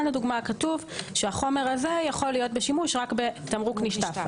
למשל כתוב שהחומר הזה יכול להיות בשימוש רק בתמרוק נשטף.